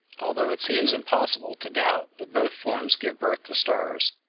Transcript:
although it seems impossible to doubt that both forms give birth to stars.